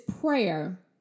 prayer